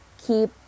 keep